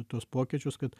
tuos pokyčius kad